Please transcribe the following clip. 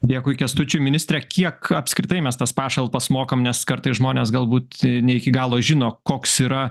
dėkui kęstučiui ministre kiek apskritai mes tas pašalpas mokam nes kartais žmonės galbūt ne iki galo žino koks yra